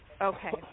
Okay